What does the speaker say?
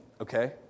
okay